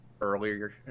earlier